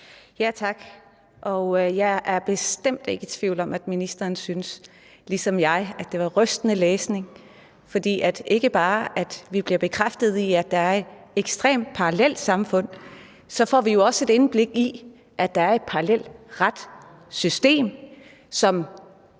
(V): Tak. Jeg er bestemt ikke i tvivl om, at ministeren ligesom jeg synes, at det var rystende læsning. Vi blev ikke alene bekræftet i, at der er et ekstremt parallelsamfund, vi får også et indblik i, at der er et parallelt retssystem, som